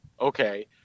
Okay